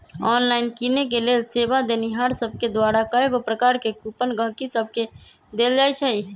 online किनेके लेल सेवा देनिहार सभके द्वारा कएगो प्रकार के कूपन गहकि सभके देल जाइ छइ